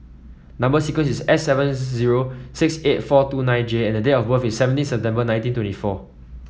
number sequence is S seven zero six eight four two nine J and date of birth is seventeen September nineteen twenty four